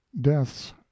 deaths